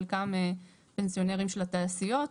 חלקם פנסיונרים של התעשיות.